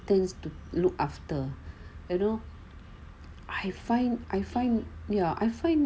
turns to look after you know I find I find ya I find